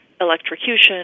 electrocution